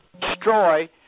destroy